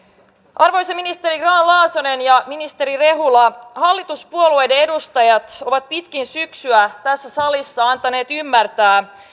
arvoisa ministeri grahn laasonen ja ministeri rehula hallituspuolueiden edustajat ovat pitkin syksyä tässä salissa antaneet ymmärtää